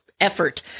effort